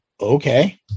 Okay